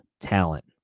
talent